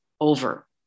over